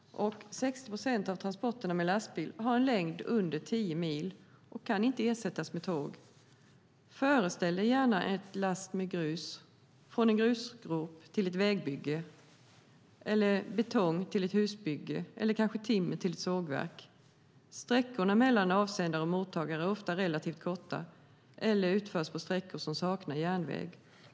Av transporterna med lastbil har 60 procent en längd under 10 mil och kan inte ersättas med tåg - föreställ dig gärna en last med grus från en grusgrop till ett vägbygge, betong till ett husbygge eller timmer till ett sågverk. Sträckorna mellan avsändare och mottagare är ofta relativt korta, eller också utförs transporterna på sträckor som saknar järnväg.